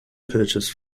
purchased